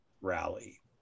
rally